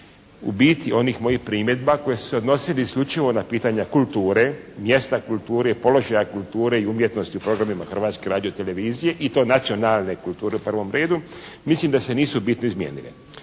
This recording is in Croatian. u biti onih mojih primjedba koji su se odnosili isključivo na pitanje kulture, mjesta kulture, položaja kulture i umjetnosti u programima Hrvatske radiotelevizije i to nacionalne kulture u prvom redu mislim da se nisu bitno izmijenile.